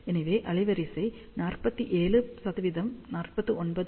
எனவே அலைவரிசை 47 49